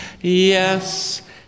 Yes